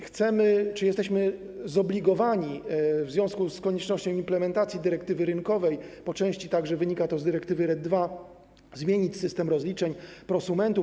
Chcemy czy jesteśmy zobligowani w związku z koniecznością implementacji dyrektywy rynkowej - po części także wynika to z dyrektywy RED II - zmienić system rozliczeń prosumentów.